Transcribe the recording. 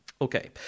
Okay